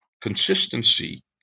consistency